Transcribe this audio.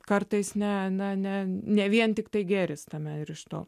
kartais ne ne ne ne vien tiktai gėris tame ir iš to